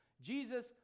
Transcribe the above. Jesus